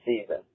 season